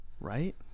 Right